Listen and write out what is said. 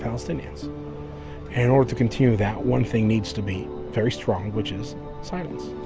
palestinians, and in order to continue that one thing needs to be very strong, which is silence.